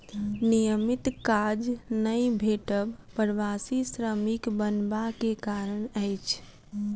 नियमित काज नै भेटब प्रवासी श्रमिक बनबा के कारण अछि